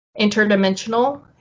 interdimensional